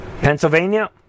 Pennsylvania